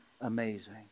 amazing